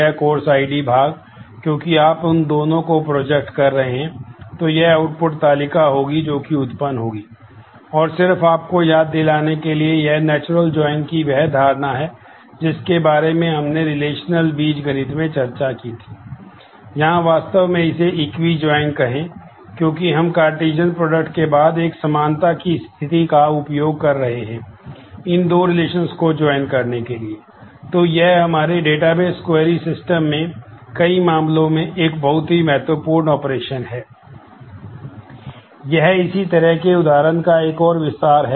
यह इसी तरह के उदाहरण का एक और विस्तार है